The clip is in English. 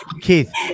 Keith